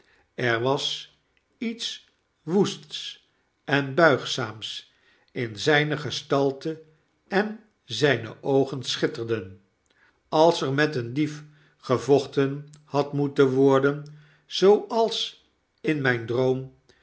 er was iets woests en buigzaams in zijne gestalte en zyne oogen schitterden als er met een dief gevochten had moeten worden zooals in myn droora